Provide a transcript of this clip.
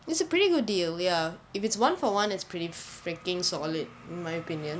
it's a pretty good deal ya if it's one for one is pretty freaking solid in my opinion